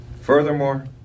Furthermore